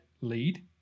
lead